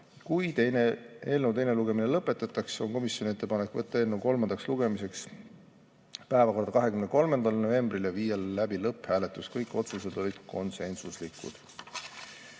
Kui eelnõu teine lugemine lõpetatakse, on komisjoni ettepanek võtta eelnõu kolmandaks lugemiseks päevakorda 23. novembril ja viia läbi lõpphääletus. Kõik otsused olid konsensuslikud.